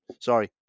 Sorry